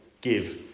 give